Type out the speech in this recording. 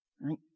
right